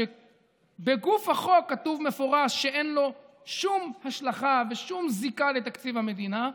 שבגוף החוק כתוב מפורש שאין לה שום השלכה ושום זיקה לתקציב המדינה,